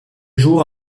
jours